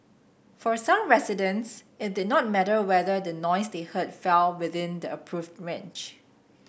for some residents it did not matter whether the noise they heard fell within the approved range